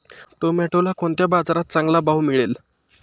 टोमॅटोला कोणत्या बाजारात चांगला भाव मिळेल?